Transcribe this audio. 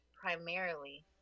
primarily